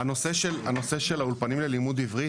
לגבי הנושא של האולפנים ללימוד עברית,